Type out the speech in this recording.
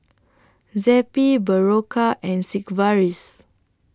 Zappy Berocca and Sigvaris